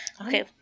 okay